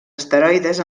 esteroides